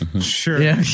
Sure